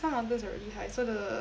some mountains are really high so the